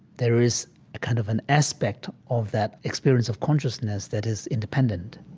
there is a kind of an aspect of that experience of consciousness that is independent